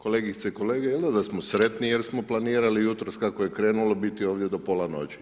Kolegice i kolege, jel da da smo sretni, jer smo planirali, jutros kako je krenulo, biti ovdje do pola noći.